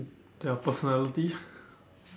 their personalities